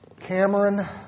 Cameron